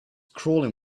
crawling